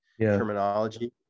terminology